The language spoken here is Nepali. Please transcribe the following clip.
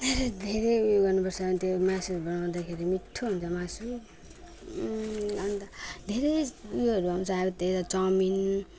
धेरै धेरै उयो गर्नु पर्छ अनि त्यो मासुहरू बनाउँदाखेरि मिठो हुन्छ मासु अन्त धेरै उयोहरू आउँछ अब त्यही त चाउमिन